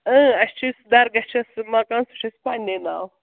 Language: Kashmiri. اَسہِ چھِ درگاہ چھُس اَسہِ مَکان سُہ چھُ اَسہِ پَنٕنے ناوٕ